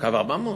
קו 400?